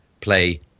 play